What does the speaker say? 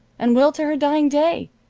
and will to her dying day.